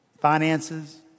Finances